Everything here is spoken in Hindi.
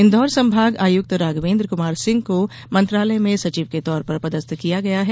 इन्दौर संभाग आयुक्त राघवेन्द्र कुमार सिंह को मंत्रालय में सचिव के तौर पर पदस्थ किया गया है